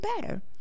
better